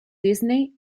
disney